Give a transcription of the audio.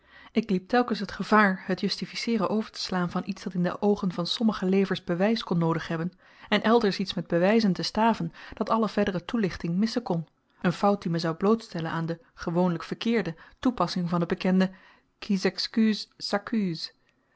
ik liep telkens gevaar het justificeeren overteslaan van iets dat in de oogen van sommige lezers bewys kon noodig hebben en elders iets met bewyzen te staven dat alle verdere toelichting missen kon een fout die me zou blootstellen aan de gewoonlyk verkeerde toepassing van t bekende